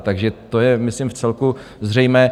Takže to je myslím vcelku zřejmé.